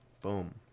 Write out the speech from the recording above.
Boom